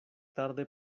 tarde